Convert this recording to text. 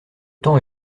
temps